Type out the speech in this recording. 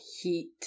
heat